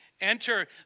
enter